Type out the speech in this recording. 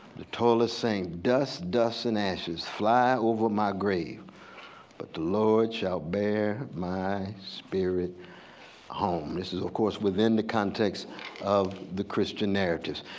the toilet sang dust, dust and ashes fly over my grave but the lord shall bear my spirit home. this is of course within the context of the christian narratives.